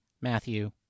Matthew